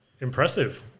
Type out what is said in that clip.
impressive